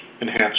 enhance